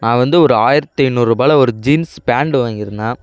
நான் வந்து ஒரு ஆயிரத்தி ஐநூறுபால ஒரு ஜீன்ஸ் பேண்ட்டு வாங்கியிருந்தேன்